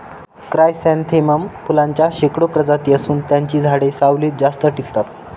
chrysanthemum फुलांच्या शेकडो प्रजाती असून त्यांची झाडे सावलीत जास्त टिकतात